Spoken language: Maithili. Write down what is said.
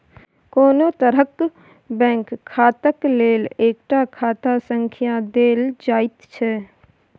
कोनो तरहक बैंक खाताक लेल एकटा खाता संख्या देल जाइत छै